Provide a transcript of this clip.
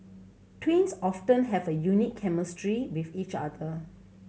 twins often have a unique chemistry with each other